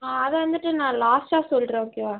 அதை வந்துட்டு நான் லாஸ்டாக சொல்கிறேன் ஓகேவா